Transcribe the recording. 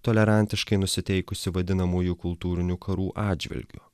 tolerantiškai nusiteikusį vadinamųjų kultūrinių karų atžvilgiu